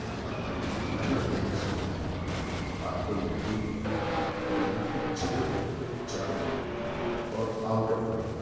اب بھائی میں نے اس کو فیس کیا آپ کو یقین نہیں آئے گا کہ میں نے اس کی چھ بالوں پہ چار چھکے مارے اور آوٹ آف گراؤنڈ